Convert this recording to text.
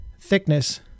thickness